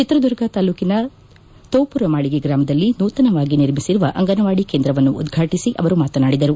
ಚಿತ್ರದುರ್ಗ ತಾಲ್ಲೂಕಿನ ತೋಪುರಮಾಳಿಗೆ ಗ್ರಾಮದಲ್ಲಿ ನೂತನವಾಗಿ ನಿರ್ಮಿಸಿರುವ ಅಂಗನವಾದಿ ಕೇಂದ್ರವನ್ನು ಉದ್ಘಾಟಿಸಿ ಅವರು ಮಾತನಾಡಿದರು